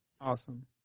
awesome